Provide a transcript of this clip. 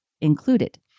included